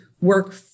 work